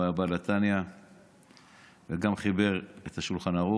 הוא היה בעל התניא וגם חיבר את השולחן ערוך.